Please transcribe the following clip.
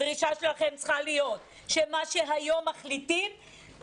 הדרישה שלכם צריכה להיות שמה שמחליטים היום,